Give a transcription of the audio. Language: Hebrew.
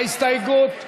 ההסתייגות (82)